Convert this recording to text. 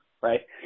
Right